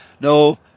no